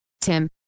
Tim